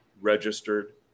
registered